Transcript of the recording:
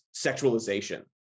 sexualization